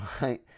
right